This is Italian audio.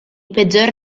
peggior